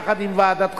יחד עם ועדתך,